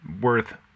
worth